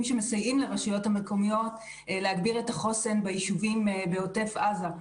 שמסייעים לרשויות המקומיות להגביר את החוסן ביישובים בעוטף עזה.